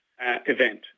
event